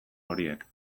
horiek